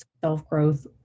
self-growth